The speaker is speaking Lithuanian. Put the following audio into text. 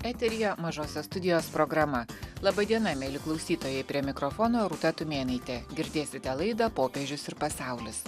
eteryje mažosios studijos programa laba diena mieli klausytojai prie mikrofono rūta tumėnaitė girdėsite laidą popiežius ir pasaulis